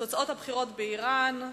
תוצאות הבחירות באירן.